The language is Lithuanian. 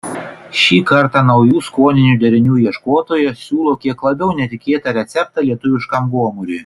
šį kartą naujų skoninių derinių ieškotojas siūlo kiek labiau netikėtą receptą lietuviškam gomuriui